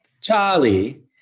Charlie